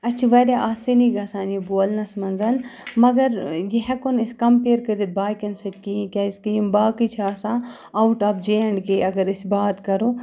اَسہِ چھِ واریاہ آسٲنی گژھان یہِ بولنَس منٛز مگر یہِ ہیٚکو نہٕ أسۍ کَمپِیَر کٔرِتھ باقٕیَن سۭتۍ کِہیٖنۍ کیٛازِکہِ یِم باقٕے چھِ آسان out of J and K اگر أسۍ بات کَرو